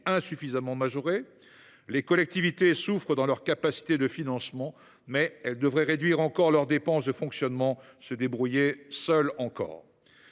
insuffisamment majoré ? Les collectivités, qui souffrent dans leur capacité de financement, devraient réduire encore leurs dépenses de fonctionnement et se débrouiller seules, une